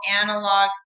analog